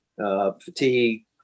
fatigue